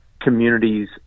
communities